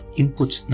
inputs